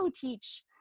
teach